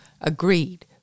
agreed